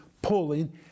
Pulling